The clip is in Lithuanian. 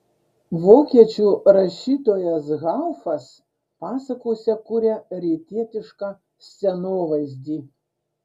vokiečių rašytojas haufas pasakose kuria rytietišką scenovaizdį